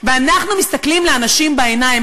ואנחנו מסתכלים לאנשים בעיניים.